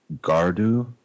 Gardu